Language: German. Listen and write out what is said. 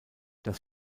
das